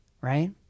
right